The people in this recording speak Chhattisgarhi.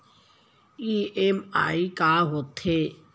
ई.एम.आई का होथे?